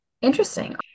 interesting